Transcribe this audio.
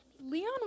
Leon